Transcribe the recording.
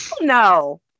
No